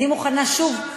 אני מוכנה שוב, מחדש,